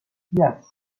yes